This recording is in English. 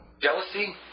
Jealousy